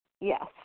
Yes